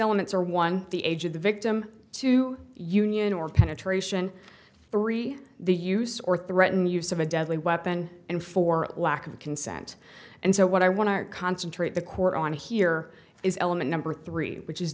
elements are one the age of the victim to union or penetration three the use or threatened use of a deadly weapon and for lack of consent and so what i want to concentrate the court on here is element number three which is